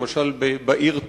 למשל בעיר טירה.